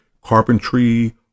carpentry